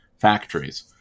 factories